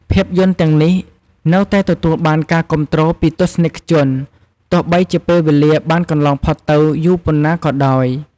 ភាពយន្តទាំងនេះនៅតែទទួលបានការគាំទ្រពីទស្សនិកជន ទោះបីជាពេលវេលាបានកន្លងផុតទៅយូរប៉ុណ្ណោះក៏ដោយ។